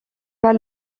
pas